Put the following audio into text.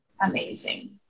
Amazing